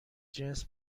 جنس